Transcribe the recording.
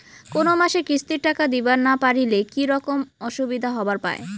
কোনো মাসে কিস্তির টাকা দিবার না পারিলে কি রকম অসুবিধা হবার পায়?